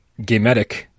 Gametic